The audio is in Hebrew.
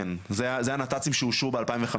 זה הנת"צים שאושרו ב-2015,